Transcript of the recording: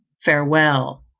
farewell.